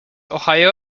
ohio